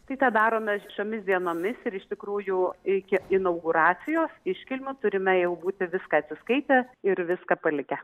tai tą darome šiomis dienomis ir iš tikrųjų iki inauguracijos iškilmių turime jau būti viską atsiskaitę ir viską palikę